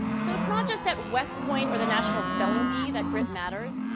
so it's not just at west point or the national spelling bee that grit matters.